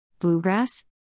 Bluegrass